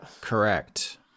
Correct